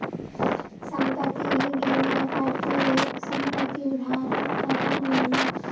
संपत्ति बीमा प्रत्येक संपत्ति धारक करा लेलक